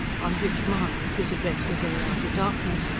on which mahony, whose address was in the outer darkness,